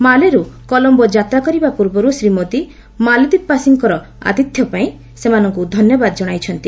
ମାଲେରୁ କଲମ୍ବୋ ଯାତ୍ରା କରିବା ଶ୍ରୀ ମୋଦି ମାଳଦ୍ୱୀପବାସୀଙ୍କର ଆତିଥ୍ୟପାଇଁ ସେମାନଙ୍କୁ ଧନ୍ୟବାଦ ଜଣାଇଛନ୍ତି